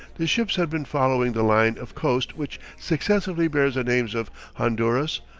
the ships had been following the line of coast which successively bears the names of honduras,